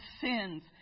sins